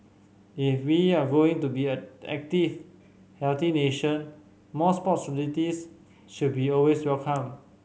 if we're going to be a active healthy nation more sports facilities should be always welcome